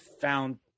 found